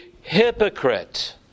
hypocrite